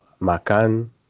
makan